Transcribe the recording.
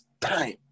time